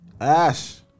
Ash